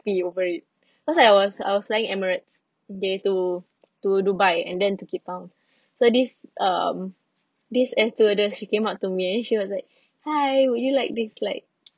happy over it cause I was I was flying Emirates there to to dubai and then to cape town so this um this air stewardess she came up to me and she was like hi would you like this like